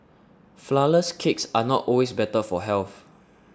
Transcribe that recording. Flourless Cakes are not always better for health